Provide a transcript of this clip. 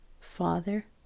Father